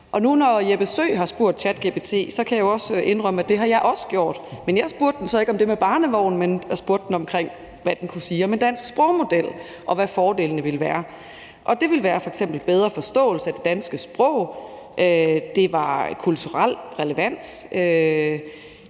hr. Jeppe Søe har spurgt ChatGPT, kan jeg også indrømme, at det har jeg også gjort. Jeg spurgte den så ikke om det med barnevogne, men jeg spurgte den om, hvad den kunne sige om en dansk sprogmodel, og hvad fordelene ville være. Det ville f.eks. være bedre forståelse af det danske sprog. Det var noget med kulturel relevans,